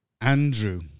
Andrew